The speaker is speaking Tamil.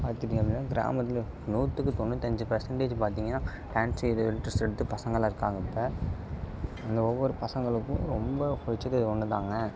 பார்த்துட்டிங்க அப்படின்னா கிராமத்தில் நூற்றுக்கு தொண்ணூற்றி அஞ்சு பர்ஸன்ட்டேஜ் பார்த்திங்கன்னா டான்ஸ் சைடு இன்ட்ரஸ்ட் எடுத்து பசங்கள்லாம் இருக்காங்க இப்போ அங்கே ஒவ்வொரு பசங்களுக்கும் ரொம்ப பிடிச்சது இது ஒன்று தான்ங்க